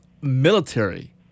military